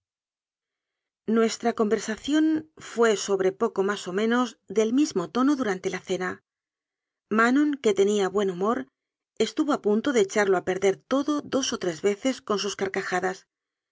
nuestra conversación fué sobre poco más o me nos del mismo tono durante la cena manon que tenía buen humor estuvo a punto de echarlo a perder todo dos o tres veces con sus carcajadas